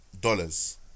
dollars